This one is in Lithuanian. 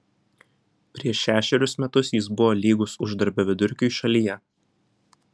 prieš šešerius metus jis buvo lygus uždarbio vidurkiui šalyje